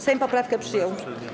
Sejm poprawkę przyjął.